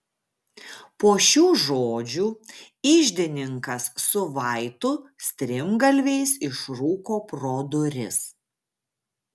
po šių žodžių iždininkas su vaitu strimgalviais išrūko pro duris